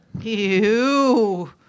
Ew